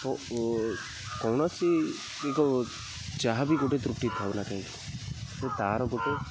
କୌଣସି ଏକ ଯାହା ବି ଗୋଟେ ତୃଟି ଥାଉନା କାହିଁକି ଓ ତାର ଗୋଟେ